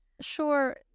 Sure